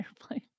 airplane